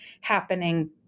happening